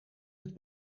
het